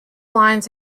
lines